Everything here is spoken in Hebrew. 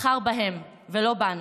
בחר בהם ולא בנו.